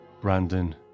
Brandon